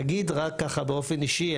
להגיד רק ככה באופן אישי.